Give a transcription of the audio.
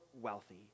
wealthy